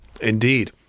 Indeed